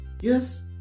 Yes